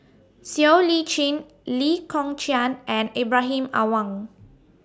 Siow Lee Chin Lee Kong Chian and Ibrahim Awang